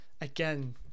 again